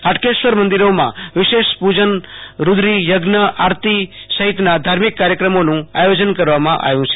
હાટકેશ્વર મંદિરોમાં વિશેષ પુજન આરતી સહિતન ા ધાર્મિક કાર્યક્રમોનું આયોજન કરવામાં આવ્યું છે